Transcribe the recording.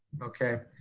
okay.